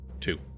Two